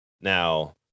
Now